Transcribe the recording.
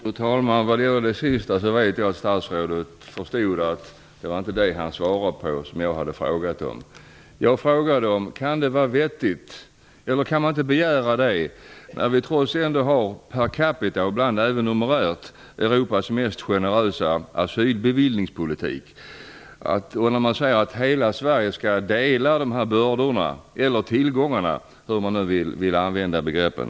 Fru talman! Vad gäller det sista vet jag att statsrådet förstod att han inte svarade på den fråga som jag ställde. Per capita och även numerärt har vi Europas mest generösa politik när det gäller att bevilja asyl. Man säger att hela Sverige skall dela bördorna eller tillgångarna, hur man nu vill använda begreppen.